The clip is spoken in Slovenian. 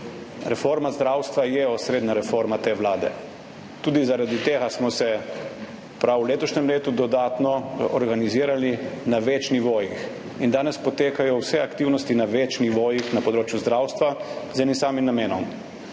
Reforma zdravstva je osrednja reforma te vlade. Tudi zaradi tega smo se prav v letošnjem letu dodatno organizirali na več nivojih in danes potekajo vse aktivnosti na več nivojih na področju zdravstva z enim samim namenom,